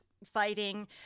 fighting